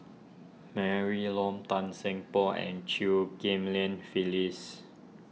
Mary Loan Tan Seng Poh and Chew Ghim Lian Phyllis